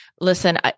Listen